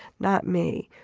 not me.